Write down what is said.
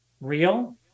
real